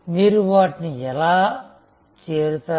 మీరు వాటిని ఎలా చేరుతారు